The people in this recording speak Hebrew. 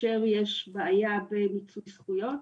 שכאשר יש בעיה במיצוי זכויות,